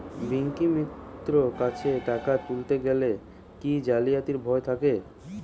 ব্যাঙ্কিমিত্র কাছে টাকা তুলতে গেলে কি জালিয়াতির ভয় থাকে?